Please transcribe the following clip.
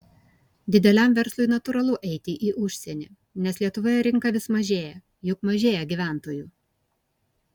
dideliam verslui natūralu eiti į užsienį nes lietuvoje rinka vis mažėja juk mažėja gyventojų